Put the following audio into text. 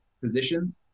positions